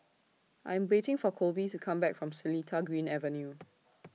I'm waiting For Kolby to Come Back from Seletar Green Avenue